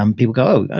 um people go,